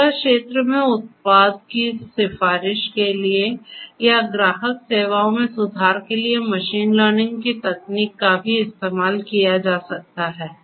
खुदरा क्षेत्र में उत्पाद की सिफारिश के लिए या ग्राहक सेवाओं में सुधार के लिए मशीन लर्निंग की तकनीक का भी इस्तेमाल किया जा सकता है